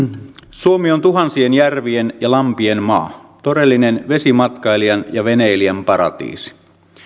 suomi on tuhansien järvien ja lampien maa todellinen vesimatkailijan ja veneilijän paratiisi